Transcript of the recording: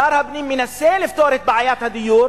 שר הפנים מנסה לפתור את בעיית הדיור